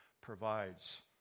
provides